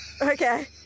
Okay